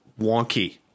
wonky